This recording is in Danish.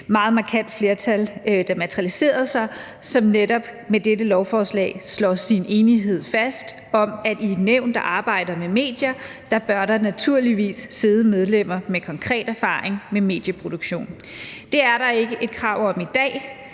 et markant flertal, der materialiserede sig, og det slår netop med dette lovforslag sin enighed fast om, at i et nævn, der arbejder med medier, bør der naturligvis sidde medlemmer med konkret erfaring med medieproduktion. Det er der ikke et krav om i dag.